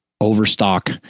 overstock